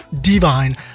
divine